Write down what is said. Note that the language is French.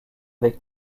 avec